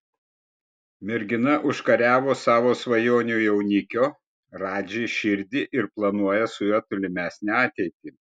mergina užkariavo savo svajonių jaunikio radži širdį ir planuoja su juo tolimesnę ateitį